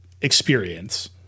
experience